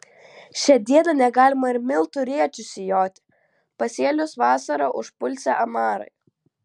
šią dieną negalima ir miltų rėčiu sijoti pasėlius vasarą užpulsią amarai